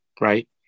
right